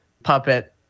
puppet